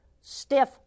stiff